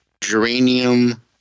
geranium